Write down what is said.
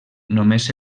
només